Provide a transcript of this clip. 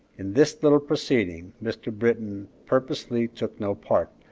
in this little proceeding mr. britton purposely took no part,